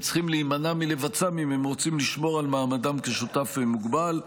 צריכים להימנע מלבצע אם הם רוצים לשמור על מעמדם כשותף מוגבל.